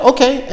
Okay